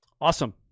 awesome